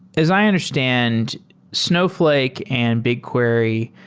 as i understand snowfl ake and bigquery,